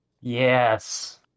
Yes